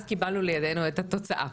אז קיבלנו לידינו את התוצאה,